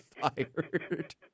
fired